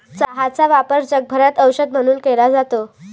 चहाचा वापर जगभरात औषध म्हणून केला जातो